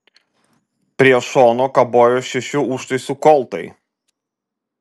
prie šonų kabojo šešių užtaisų koltai